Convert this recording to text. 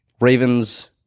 Raven's